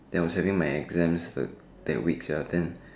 and I was having my exams the that week sia then